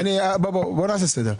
בוא נעשה סדר.